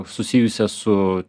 susijusią su